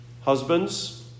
husbands